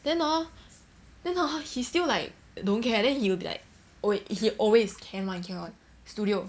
then hor then hor how he's still like don't care then he'll be like wait he always can [one] can [one] studio